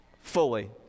fully